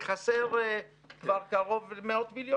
וחסרים מאות מיליונים.